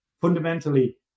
fundamentally